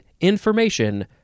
Information